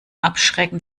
abschrecken